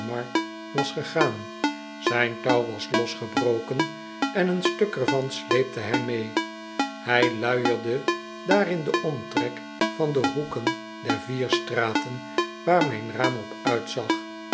was gegaan zijn touw was losgebroken en een stuk er van sleepte hij mee hij luierde daar in den omtrek van de hoeken der vier straten waar mijn raam op uitzag